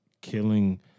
killing